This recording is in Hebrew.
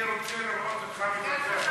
אני רוצה לשמוע אותך מדבר.